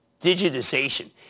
digitization